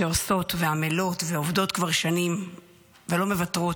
שעושות ועמלות ועובדות כבר שנים ולא מוותרות,